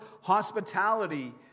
hospitality